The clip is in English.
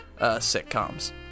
sitcoms